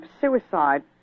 suicide